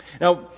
Now